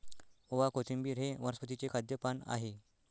ओवा, कोथिंबिर हे वनस्पतीचे खाद्य पान आहे